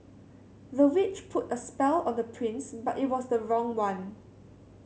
the witch put a spell on the prince but it was the wrong one